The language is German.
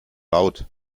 laut